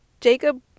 Jacob